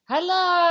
Hello